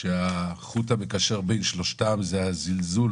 שהחוט המקשר בין שלושתם זה הזלזול